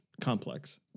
complex